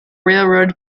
railroad